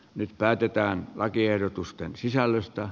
nyt päätetään lakiehdotusten sisällöstä